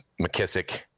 mckissick